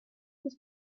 was